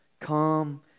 come